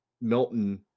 Milton